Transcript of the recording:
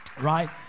right